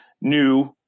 new